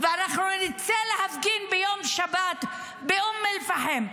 ואנחנו נצא להפגין ביום שבת באום אל-פחם.